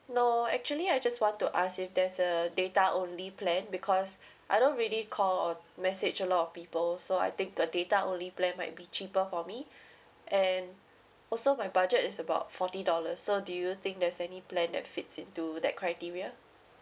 no actually I just want to ask if there's a data only plan because I don't really call or message a lot of people so I think the data only plan might be cheaper for me and also my budget is about forty dollars so do you think there's any plan that fits into that criteria